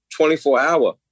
24-hour